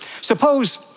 Suppose